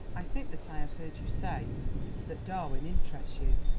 i think that i have heard you say that darwin interests you?